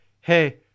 Hey